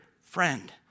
friend